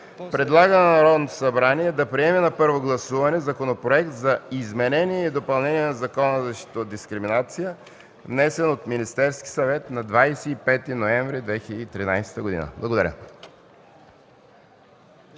предлага на Народното събрание да приеме на първо гласуване Законопроект за изменение и допълнение на Закона за защита от дискриминация, № 302-01-46, внесен от Министерския съвет на 25 ноември 2013 г.” Благодаря.